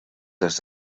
des